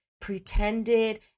pretended